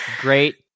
Great